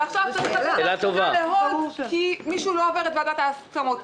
עכשיו צריך לשים הכול ב-hold כי מישהו לא עובר את ועדת ההסכמות.